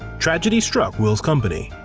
tragedy struck will's company.